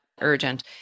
urgent